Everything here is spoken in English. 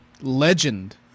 legend